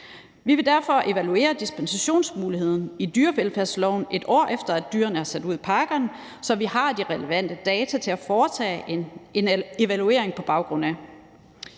Vi vil derfor evaluere dispensationsmuligheden fra dyrevelfærdsloven, et år efter at dyrene er sat ud i parkerne, så vi har de relevante data at foretage en evaluering på baggrund af.